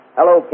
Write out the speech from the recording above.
Hello